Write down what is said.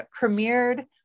premiered